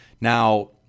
Now